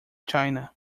china